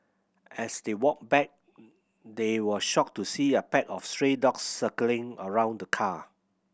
as they walked back they were shocked to see a pack of stray dogs circling around the car